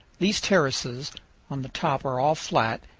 these terraces on the top are all flat,